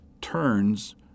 turns